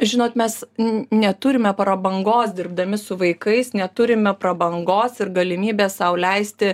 žinot mes neturime prabangos dirbdami su vaikais neturime prabangos ir galimybės sau leisti